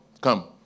come